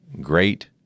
great